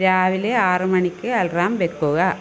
രാവിലെ ആറ് മണിക്ക് അലാറം വയ്ക്കുക